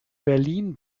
berlin